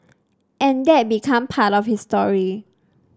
and that became part of his story